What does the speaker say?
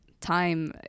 time